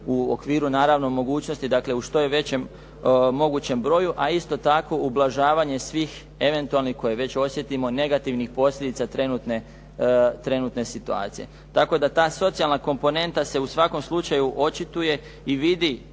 u okviru naravno mogućnosti dakle u što je većem mogućem broju a isto tako ublažavanje svih eventualnih koje već osjetimo negativnih posljedica trenutne situacije, tako da ta socijalna komponenta se u svakom slučaju očituje i vidi